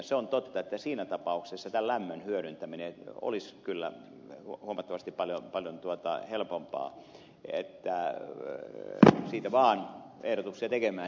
se on totta että siinä tapauksessa tämä lämmön hyödyntäminen olisi kyllä huomattavan paljon helpompaa niin että siitä vaan ehdotuksia tekemään